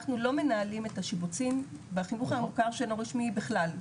אנחנו לא מנהלים את השיבוצים בחינוך המוכר שאינו רשמי בכלל,